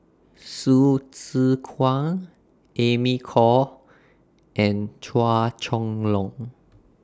Hsu Tse Kwang Amy Khor and Chua Chong Long